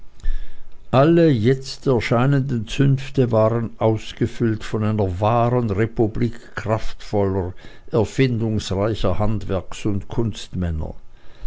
alle jetzt erscheinenden zünfte waren ausgefüllt von einer wahren republik kraftvoller erfindungsreicher handwerks und kunstmänner